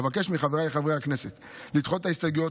אבקש מחבריי חברי הכנסת לדחות את ההסתייגויות